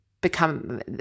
become –